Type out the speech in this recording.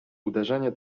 uderzenie